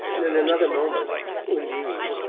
and in another moment undine,